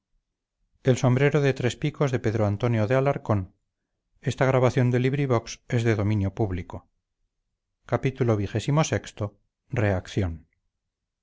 escrita ahora tal y como pasó pedro antonio de alarcón